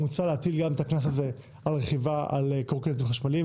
מוצע להטיל גם את הקנס הזה ברכיבה על קורקינטים חשמליים,